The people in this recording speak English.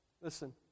listen